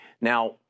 Now